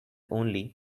only